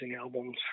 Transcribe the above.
albums